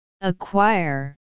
Acquire